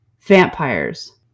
vampires